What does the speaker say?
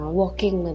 walking